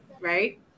right